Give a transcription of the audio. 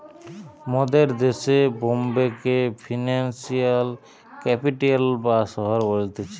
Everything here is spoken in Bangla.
মোদের দেশে বোম্বে কে ফিনান্সিয়াল ক্যাপিটাল বা শহর বলতিছে